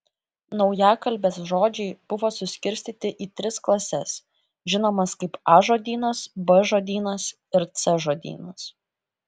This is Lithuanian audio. naujakalbės žodžiai buvo suskirstyti į tris klases žinomas kaip a žodynas b žodynas ir c žodynas